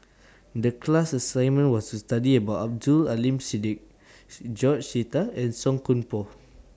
The class assignment was to study about Abdul Aleem Siddique George Sita and Song Koon Poh